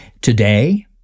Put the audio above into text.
today